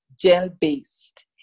gel-based